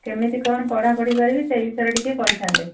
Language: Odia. କେମିତି କଣ ପଢ଼ା ପଢ଼ି କରିବି ସେହି ବିଷୟରେ ଟିକେ କହିଥାନ୍ତେ